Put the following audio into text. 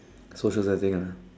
social setting ah